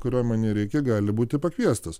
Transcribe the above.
kurio man nereikia gali būti pakviestas